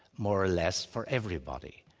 more or less, for everybody.